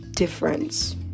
difference